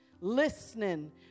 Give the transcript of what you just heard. listening